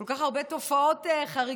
כל כך הרבה תופעות חריגות,